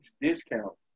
discount